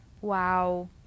Wow